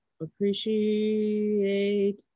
Appreciate